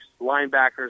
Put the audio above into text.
linebackers